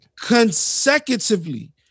Consecutively